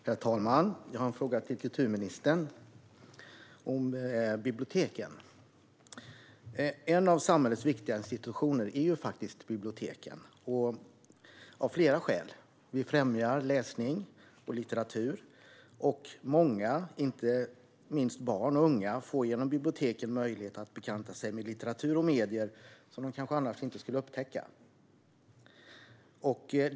Herr talman! Jag har en fråga till kulturministern om biblioteken. En av samhällets viktigaste institutioner är av flera skäl biblioteket. Det främjar läsning och litteratur. Många, och inte minst barn och unga, får genom biblioteken möjlighet att bekanta sig med litteratur och medier som de kanske annars inte skulle upptäcka.